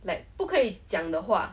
like 不可以讲的话